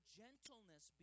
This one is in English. gentleness